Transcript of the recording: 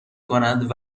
کند